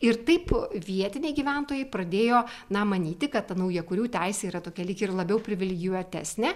ir taip vietiniai gyventojai pradėjo na manyti kad ta naujakurių teisė yra tokia lyg ir labiau privilegijuotesnė